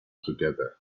together